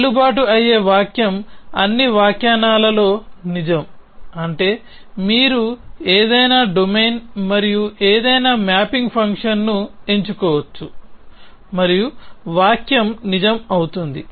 చెల్లుబాటు అయ్యే వాక్యం అన్ని వ్యాఖ్యానాలలో నిజం అంటే మీరు ఏదైనా డొమైన్ మరియు ఏదైనా మ్యాపింగ్ ఫంక్షన్ను ఎంచుకోవచ్చు మరియు వాక్యం నిజం అవుతుంది